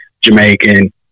Jamaican